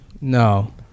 No